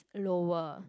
lower